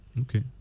okay